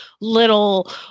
little –